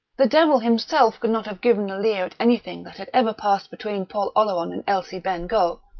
the devil himself could not have given a leer at anything that had ever passed between paul oleron and elsie bengough,